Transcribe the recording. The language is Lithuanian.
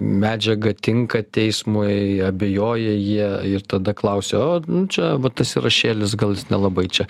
medžiaga tinka teismui abejoja jie ir tada klausia o nu čia va tas įrašėlis gal jis nelabai čia